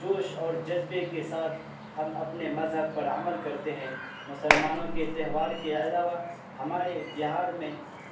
جوش اور جذبے کے ساتھ ہم اپنے مذہب پر عمل کرتے ہیں مسلمانوں کے تہوار کے علاوہ ہمارے بہار میں